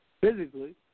physically